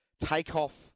Takeoff